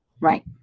right